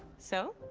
so?